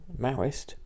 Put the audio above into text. Maoist